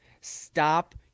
Stop